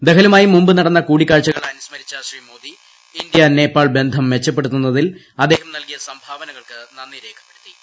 ദഹലുമായി മുമ്പു നടന്ന കൂടിക്കാഴ്ചകൾ അനുസ്മരിച്ച ശ്രീ മോദി ഇന്ത്യ നേപ്പാൾ ബന്ധം മെച്ചപ്പെടുത്തുന്നതിൽ അദ്ദേഹം നൽകിയ സംഭാവനകൾക്ക് നന്ദി രേഖപ്പെടുത്തി